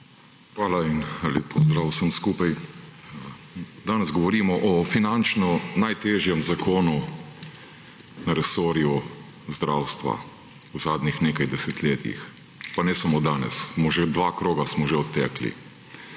Hvala in lep pozdrav vsem skupaj. Danes govorimo o finančno najtežjem zakonu resorju zdravstva v zadnjih nekaj desetletjih. Pa ne samo danes, smo že dva kroga smo že odtekli.